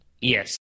Yes